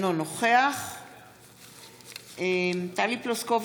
אינו נוכח טלי פלוסקוב,